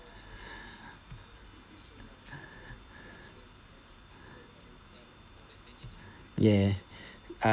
ya I